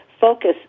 focus